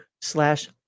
slash